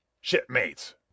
shipmates